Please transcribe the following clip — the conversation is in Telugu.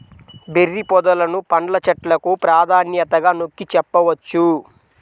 బెర్రీ పొదలను పండ్ల చెట్లకు ప్రాధాన్యతగా నొక్కి చెప్పవచ్చు